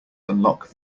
unlock